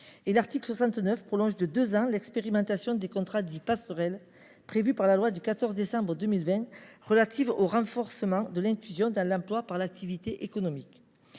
L’article 69 prolonge de deux ans l’expérimentation des contrats dits passerelles, prévue dans la loi du 14 décembre 2020 relative au renforcement de l’inclusion dans l’emploi par l’activité économique.